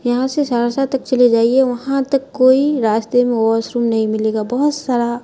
یہاں سے سہرسہ تک چلے جائیے وہاں تک کوئی راستے میں واش روم نہیں ملے گا بہت سارا